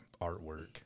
artwork